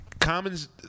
Commons